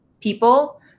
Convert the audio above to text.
people